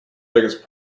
biggest